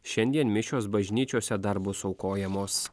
šiandien mišios bažnyčiose dar bus aukojamos